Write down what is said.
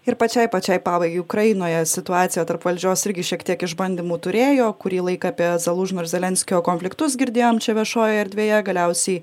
ir pačiai pačiai pabaigai ukrainoje situacija tarp valdžios irgi šiek tiek išbandymų turėjo kurį laiką apie zalužno ir zelenskio konfliktus girdėjom čia viešojoj erdvėje galiausiai